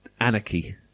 anarchy